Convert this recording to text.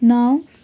नौ